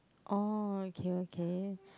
oh okay okay